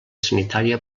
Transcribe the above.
sanitària